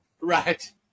Right